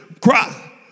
cry